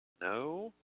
No